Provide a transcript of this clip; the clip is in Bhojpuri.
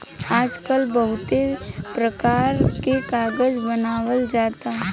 आजकल बहुते परकार के कागज बनावल जाता